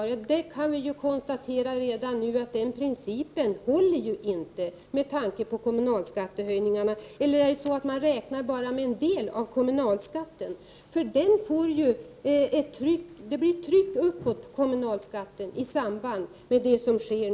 Vi kan emellertid redan nu konstatera att den principen inte håller med tanke på kommunalskattehöjningarna. Eller räknar man med bara en del av kommunalskatten? Det blir ju nämligen ett tryck uppåt på kommunalskatten i samband med det som nu sker.